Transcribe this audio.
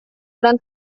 gran